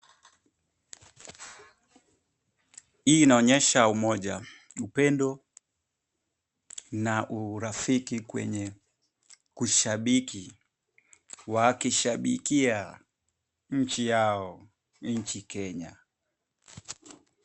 Hii inaonyesha umoja ,upendo na urafiki kwenye ushabiki wakishabikia inji yao inji kenya